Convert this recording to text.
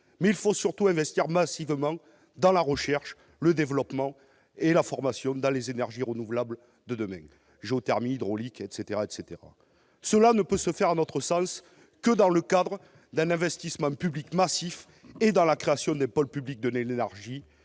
Il faut surtout investir massivement dans la recherche, le développement et la formation en matière d'énergies renouvelables de demain : géothermie, hydraulique, etc. Cela ne peut se faire, à notre sens, que dans le cadre d'un investissement public massif et de la création d'un pôle public de l'énergie,